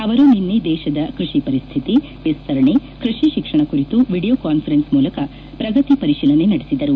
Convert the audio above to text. ಅವರು ನಿನ್ನೆ ದೇಶದ ಕೃಷಿ ಪರಿಸ್ಥಿತಿ ವಿಸ್ತರಣೆ ಕೃಷಿ ಶಿಕ್ಷಣ ಕುರಿತು ವೀಡಿಯೋ ಕಾನ್ಫರೆನ್ಸ್ ಮೂಲಕ ಪ್ರಗತಿ ಪರಿಶೀಲನೆ ನಡೆಸಿದರು